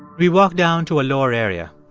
we walk down to a lower area.